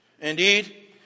Indeed